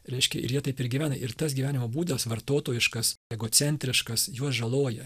reiškia ir jie taip ir gyvena ir tas gyvenimo būdas vartotojiškas egocentriškas juos žaloja